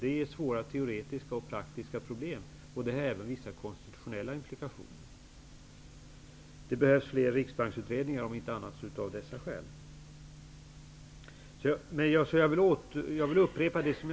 Det är svåra teoretiska och praktiska problem, som även har vissa konstitutionella implikationer. Det behövs om inte annat av dessa skäl fler riksbanksutredningar.